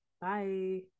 Bye